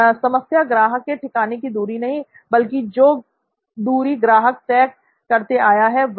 समस्या ग्राहक के ठिकाने की दूरी नहीं बल्कि जो दूरी ग्राहक तय करके आता है वह है